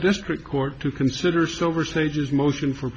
district court to consider silver stages motion for